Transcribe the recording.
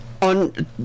On